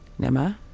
Nema